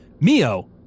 Mio